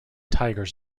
tigers